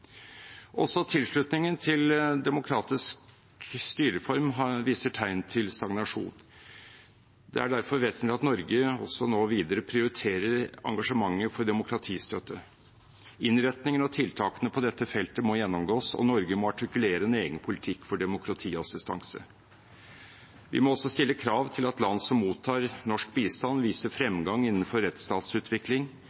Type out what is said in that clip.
Også tilslutningen til demokratisk styreform viser tegn til stagnasjon. Det er derfor vesentlig at Norge nå videre prioriterer engasjementet for demokratistøtte. Innretningen og tiltakene på dette feltet må gjennomgås, og Norge må artikulere en egen politikk for demokratiassistanse. Vi må også stille krav til at land som mottar norsk bistand, viser